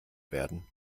werden